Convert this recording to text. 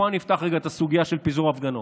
פה אפתח רגע את הסוגיה של פיזור הפגנות.